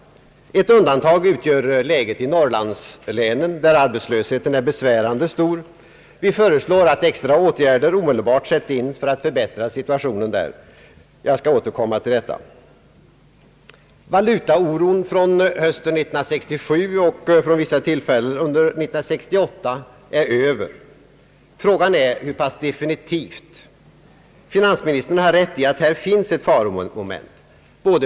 Ett undantag utgör situationen i norrlandslänen, där arbetslösheten är besvärande stor. Vi föreslår att extra åtgärder omedelbart sätts in för att förbättra situationen i Norrland. Jag skall återkomma till detta. Valutaoron från hösten 1967 och från vissa tillfällen under 1968 är över. Frågan är hur pass definitivt. Finansministern har rätt i att här finns ett faromoment.